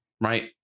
right